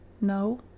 No